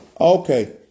Okay